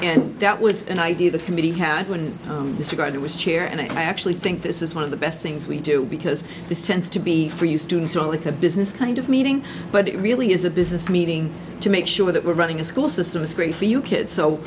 and that was an idea the committee had been disregarded was chair and i actually think this is one of the best things we do because this tends to be for your students or with a business kind of meeting but it really is a business meeting to make sure that we're running a school system is great for you kids so